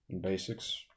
basics